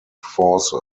forces